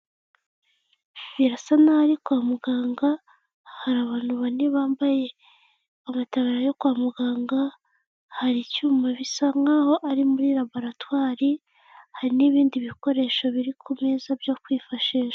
Birasa naho kwa muganga hari abantu bane bambaye amataburiya yo kwa muganga, hari ibyuma bisa nkaho ari muri laboratwari hari n'ibindi bikoresho biri ku meza byo kwifashisha.